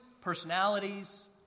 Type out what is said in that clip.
personalities